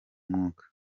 umwuka